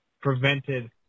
prevented